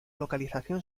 localización